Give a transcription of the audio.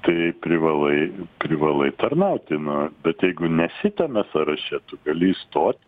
tai privalai privalai tarnauti na bet jeigu nesi tame sąraše tu gali įstot